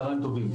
צוהריים טובים,